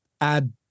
add